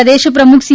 પ્રદેશ પ્રમુખ સી